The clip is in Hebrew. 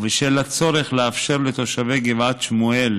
ובשל הצורך לאפשר לתושבי גבעת שמואל